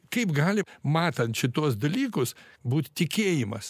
kaip gali matant šituos dalykus būt tikėjimas